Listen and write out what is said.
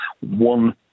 One